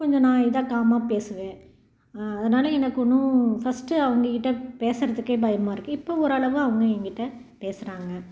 கொஞ்சம் நான் இதாக காமாக பேசுவேன் அதனாலே எனக்கு ஒன்றும் ஃபஸ்ட்டு அவங்ககிட்ட பேசுறதுக்கே பயமாக இருக்குது இப்போ ஓரளவு அவங்க என்கிட்ட பேசுகிறாங்க